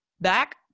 Back